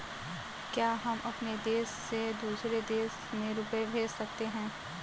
क्या हम अपने देश से दूसरे देश में रुपये भेज सकते हैं?